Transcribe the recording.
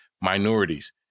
minorities